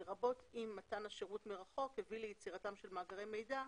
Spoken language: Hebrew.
לרבות אם מתן השירות מרחוק הביא ליצירתם של מאגרי מידה,